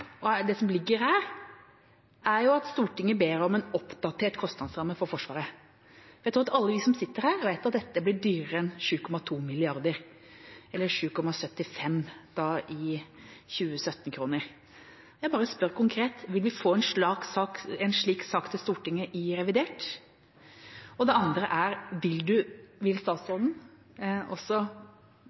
Det som ligger her, er at Stortinget ber om en oppdatert kostnadsramme for Forsvaret. Jeg tror at alle vi som sitter her, vet at dette blir dyrere enn 7,2 mrd. kr – eller 7,75 mrd. kr i 2017-kroner. Jeg bare spør konkret: Vil vi få en slik sak til Stortinget i revidert? Det andre er: Vil